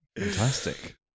Fantastic